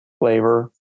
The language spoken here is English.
flavor